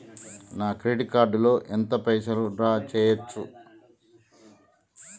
నా credit card లో ఎంత పైసల్ డ్రా చేయచ్చు?